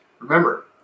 Remember